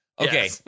okay